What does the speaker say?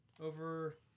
over